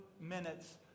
minutes